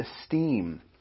esteem